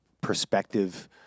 perspective